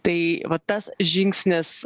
tai vat tas žingsnis